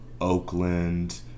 Oakland